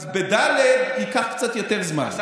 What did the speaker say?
ואז בד' ייקח קצת יותר זמן.